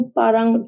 parang